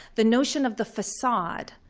the notion of the facade,